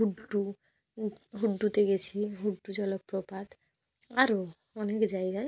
হুড্ডু হুড্ডুতে গেছি হুড্ডু জলপ্রপাত আরো অনেক জায়গায়